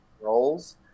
roles